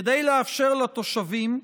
כדי לאפשר לתושבים,